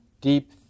deep